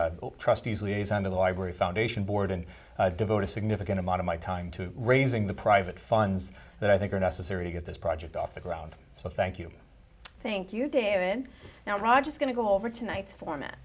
the trustees liaison to the library foundation board and devote a significant amount of my time to raising the private funds that i think are necessary to get this project off the ground so thank you thank you david now roger is going to go over tonight format